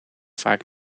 vaak